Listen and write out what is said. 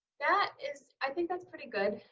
that is. i think that's pretty good.